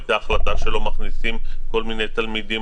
הייתה החלטה שלא מכניסים כל מיני תלמידים